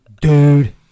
dude